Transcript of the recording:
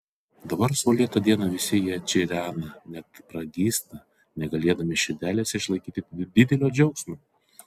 dabar saulėtą dieną visi jie čirena net pragysta negalėdami širdelėse išlaikyti didelio džiaugsmo